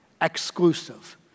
exclusive